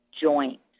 joint